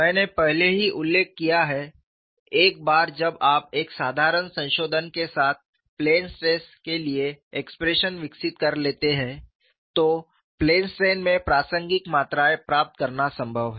मैंने पहले ही उल्लेख किया है एक बार जब आप एक साधारण संशोधन के साथ प्लेन स्ट्रेस के लिए एक्सप्रेशन विकसित कर लेते हैं तो प्लेन स्ट्रेन में प्रासंगिक मात्राएँ प्राप्त करना संभव है